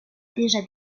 déjà